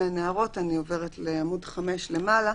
אם אין הערות, אני עוברת לעמוד 5 למעלה.